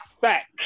fact